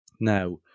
now